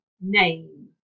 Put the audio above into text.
name